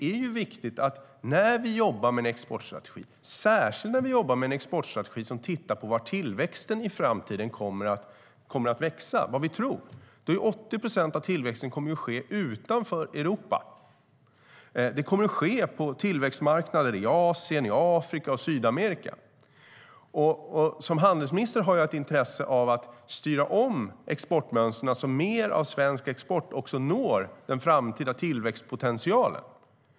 När vi jobbar med en exportstrategi, och särskilt när vi jobbar med en exportstrategi som tittar på var vi tror att tillväxten kommer att finnas i framtiden, är det så att 80 procent av tillväxten kommer att ske utanför Europa. Det kommer att ske på tillväxtmarknader i Asien, Afrika och Sydamerika. Som handelsminister har jag ett intresse av att styra om exportmönstren så att mer av svensk export också når den framtida tillväxtpotentialen.